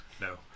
No